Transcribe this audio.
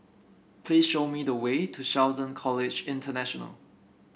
please show me the way to Shelton College International